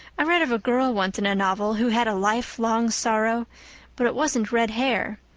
i read of a girl once in a novel who had a lifelong sorrow but it wasn't red hair.